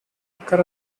occur